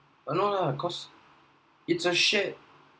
ah no lah cause it's a shared